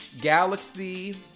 Galaxy